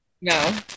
No